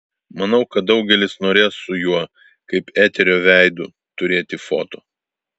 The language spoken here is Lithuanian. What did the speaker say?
manau kad daugelis norės su juo kaip eterio veidu turėti foto